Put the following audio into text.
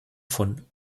von